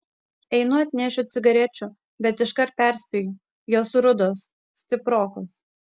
einu atnešiu cigarečių bet iškart perspėju jos rudos stiprokos